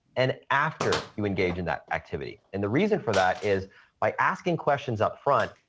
and after you engage in that activity, and the reason for that is by asking questions upfront,